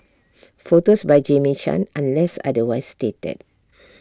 photos by Jamie chan unless otherwise stated